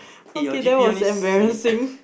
okay that was embarrassing